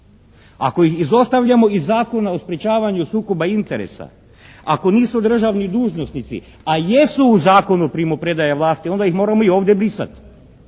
Ako ih izostavljamo iz Zakona o sprečavanju sukoba interesa, ako nisu državni dužnosnici, a jesu u Zakonu primopredaje vlasti onda ih moramo i ovdje brisati